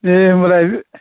दे होमब्लालाय